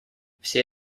все